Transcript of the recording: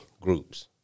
groups